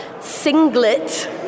singlet